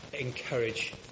encourage